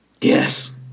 Yes